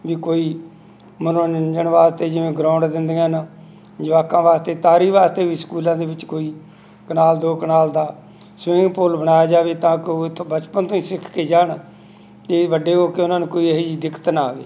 ਵੀ ਕੋਈ ਮਨੋਰੰਜਨ ਵਾਸਤੇ ਜਿਵੇਂ ਗਰਾਉਂਡ ਦਿੰਦੀਆਂ ਨੇ ਜਵਾਕਾਂ ਵਾਸਤੇ ਤਾਰੀ ਵਾਸਤੇ ਵੀ ਸਕੂਲਾਂ ਦੇ ਵਿੱਚ ਕੋਈ ਕਨਾਲ ਦੋ ਕਨਾਲ ਦਾ ਸਵਿਮਿੰਗ ਪੂਲ ਬਣਾਇਆ ਜਾਵੇ ਤਾਂ ਕੋਈ ਉੱਥੇ ਤੋਂ ਬਚਪਨ ਤੋਂ ਹੀ ਸਿੱਖ ਕੇ ਜਾਣ ਅਤੇ ਵੱਡੇ ਹੋ ਕੇ ਉਹਨਾਂ ਨੂੰ ਕੋਈ ਇਹੋ ਜਿਹੀ ਦਿੱਕਤ ਨਾ ਆਵੇ